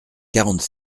quarante